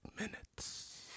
minutes